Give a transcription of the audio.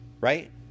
right